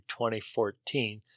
2014